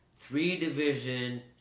three-division